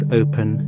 open